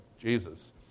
Jesus